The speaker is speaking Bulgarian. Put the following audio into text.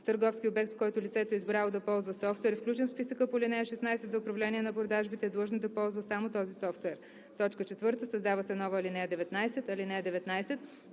търговски обект, в който лицето е избрало да ползва софтуер, включен в списъка по ал. 16, за управление на продажбите е длъжно да ползва само този софтуер.“ 4. Създава се нова ал. 19: „(19).